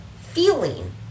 feeling